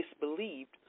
disbelieved